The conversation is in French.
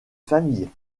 famille